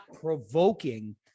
provoking